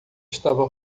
estava